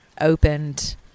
opened